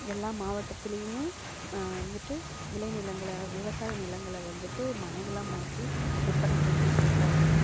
எல்லா மாவட்டத்துலேயுமே வந்துட்டு விளை நிலங்களை விவசாய நிலங்களை வந்துட்டு மனைகளாக மாற்றி விற்பனை செஞ்சுட்ருக்காங்க